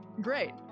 Great